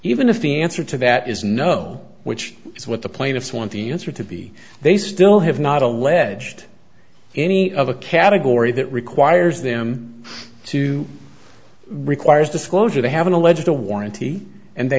even if the answer to that is no which is what the plaintiffs want the answer to be they still have not alleged any other category that requires them to requires disclosure to have an alleged a warranty and they